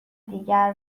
دیگر